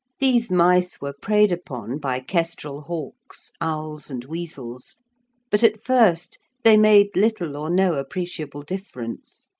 these mice were preyed upon by kestrel hawks, owls, and weasels but at first they made little or no appreciable difference.